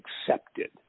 accepted